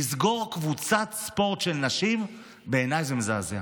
לסגור קבוצת ספורט של נשים, בעיניי זה מזעזע.